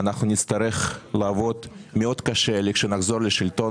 אנחנו נצטרך לעבוד מאוד קשה לכשנחזור לשלטון,